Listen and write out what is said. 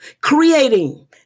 creating